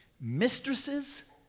Mistresses